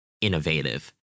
innovative